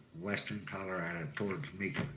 western colorado at pullerton.